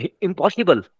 impossible